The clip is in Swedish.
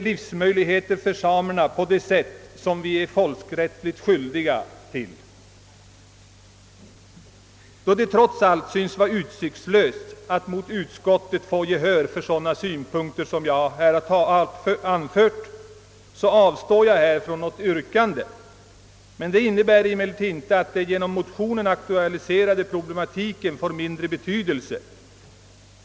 Bereder vi samerna sådana levnadsmöj ligheter som vi folkrättsligt är skyldiga att bereda dem? Då det trots allt synes utsiktslöst att, mot utskottets förslag, få gehör för de synpunkter jag anfört avstår jag från att ställa något yrkande. Det innebär emellertid inte att den genom motionerna aktualiserade problematiken får mindre betydelse.